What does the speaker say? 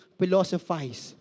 philosophize